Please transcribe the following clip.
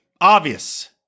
obvious